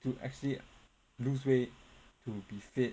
to actually lose weight to be fit